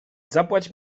zapłać